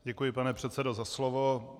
Děkuji, pane předsedo, za slovo.